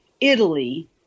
Italy